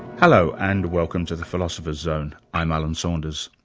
hello, and welcome to the philosopher's zone. i'm alan saunders.